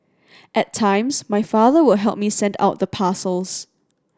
at times my father would help me send out the parcels